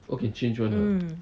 mm